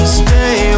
stay